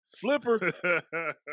Flipper